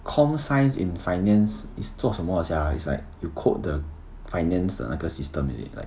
com science in finance is 做什么 sia it's like you code the finance 的那个 system is it like